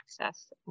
access